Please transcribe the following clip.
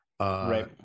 Right